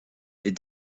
est